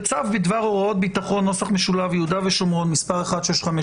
בצו בדבר הוראות ביטחון נוסח משולב יהודה ושומרון מספר 1651,